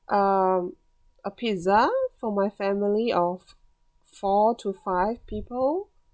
um a pizza for my family of four to five people